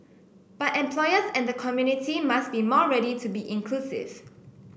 but employers and the community must be more ready to be inclusive